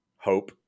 Hope